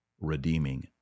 redeeming